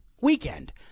weekend